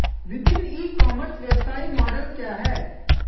विभिन्न e commerce व्यवसाय model क्या हैं?